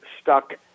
stuck